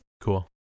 Cool